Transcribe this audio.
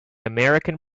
american